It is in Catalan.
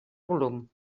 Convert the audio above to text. volum